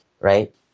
right